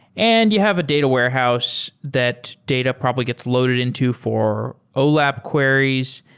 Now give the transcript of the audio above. and you have a data warehouse that data probably gets loaded into four olap queries.